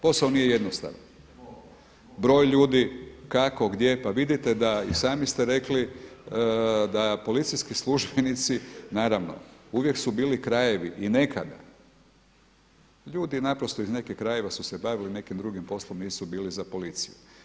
Posao nije jednostavan, broj ljudi, kako, gdje, pa vidite i sami ste rekli da policijski službenici naravno uvijek su bili krajevi i nekada, ljudi iz nekih krajeva su se bavili nekim drugim poslom nisu bili za policiju.